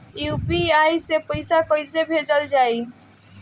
UPI से पैसा कइसे भेजल जाई?